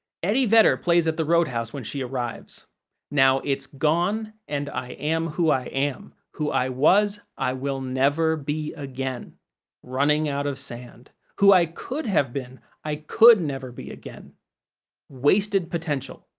eddie vedder plays at the roadhouse when she arrives now it's gone and i am who i am who i was i will never be again running out of sand who i could have been i could never be again wasted potential.